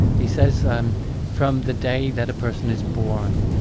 he says um from the day that a person is born,